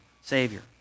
Savior